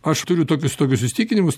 aš turiu tokius tokius įsitikinimus